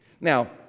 now